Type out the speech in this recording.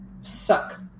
Suck